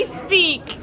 speak